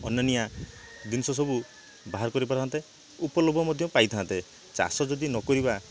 ଅନନ୍ୟା ଜିନିଷ ସବୁ ବାହାର କରିପାରନ୍ତେ ଉପଲୋଭ ମଧ୍ୟ ପାଇଥାନ୍ତେ ଚାଷ ଯଦି ନକରିବା